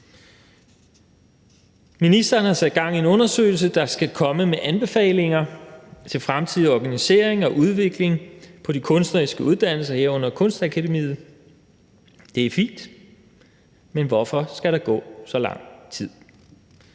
Ministeren har sat gang i en undersøgelse, der skal komme med anbefalinger til fremtidig organisering og udvikling på de kunstneriske uddannelser, herunder Kunstakademiet. Det er fint, men hvorfor skal der gå så lang tid?